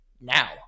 now